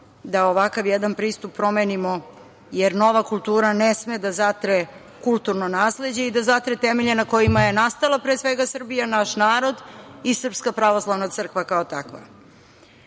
da ovakav jedan pristup promenimo, jer nova kultura ne sme da zatre kulturno nasleđe i da zatre temelje na kojima je nastala pre svega Srbija, naš narod i Srpska pravoslavna crkva kao takva. Na